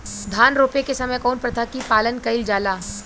धान रोपे के समय कउन प्रथा की पालन कइल जाला?